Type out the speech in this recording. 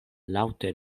laŭte